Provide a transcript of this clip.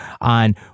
on